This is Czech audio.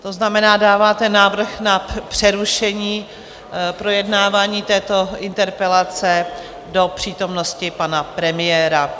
To znamená, dáváte návrh na přerušení projednávání této interpelace do přítomnosti pana premiéra.